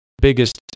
biggest